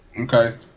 Okay